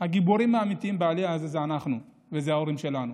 הגיבורים האמיתיים בעלייה הזאת הם אנחנו וההורים שלנו,